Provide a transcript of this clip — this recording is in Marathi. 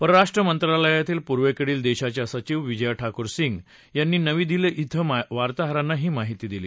परराष्ट्र मंत्रालयातील पूर्वेकडील दर्शाच्या सचिव विजया ठाकूर सिंग यांनी वार्ताहरांना नवी दिल्ली इथं वार्ताहरांना ही माहिती दिली